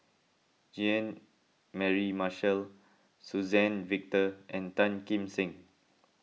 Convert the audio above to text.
Jean Mary Marshall Suzann Victor and Tan Kim Seng